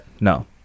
No